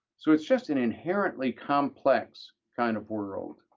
so it's just an inherently complex kind of world.